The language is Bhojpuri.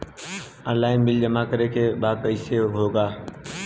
ऑनलाइन बिल जमा करे के बा कईसे होगा?